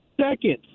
Second